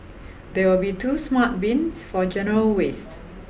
there will be two smart bins for general wastes